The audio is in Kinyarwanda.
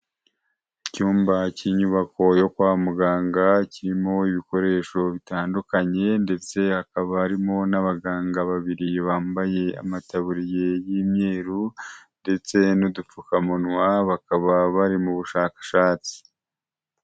Icyumba cy'inyubako yo kwa muganga kirimo ibikoresho bitandukanye, ndetse hakaba harimo n'abaganga babiri bambaye amataburiye y'imyeru, ndetse n'udupfukamunwa bakaba bari mu bushakashatsi.